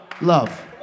love